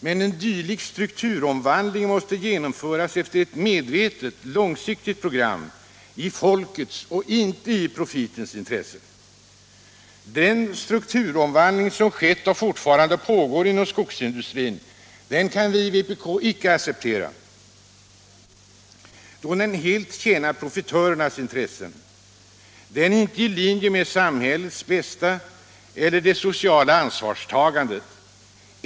Men en dylik strukturomvandling måste genomföras efter ett medvetet, långsiktigt program i folkets och inte i profitens intresse. Den strukturomvandling som skett och som fortfarande pågår inom skogsindustrin kan vpk inte acceptera, då den helt tjänar profitörernas intressen. Den är inte i linje med samhällets bästa eller det sociala ansvarstagandet.